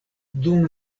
dum